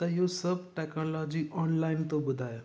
त इहो सभु टेक्नोलॉजी ऑनलाइन थो ॿुधाए